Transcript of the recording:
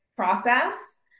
process